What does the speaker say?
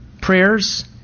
prayers